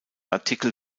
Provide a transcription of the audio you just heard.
artikel